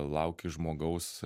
lauki žmogaus